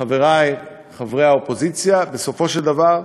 חברי חברי האופוזיציה, בסופו של דבר,